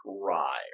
try